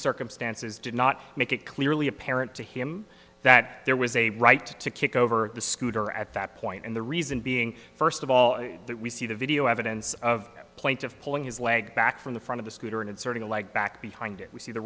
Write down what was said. circumstances did not make it clearly apparent to him that there was a right to kick over the scooter at that point and the reason being first of all that we see the video evidence of a point of pulling his leg back from the front of the scooter and inserting a leg back behind it we see the